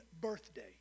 birthday